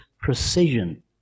precision